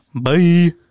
Bye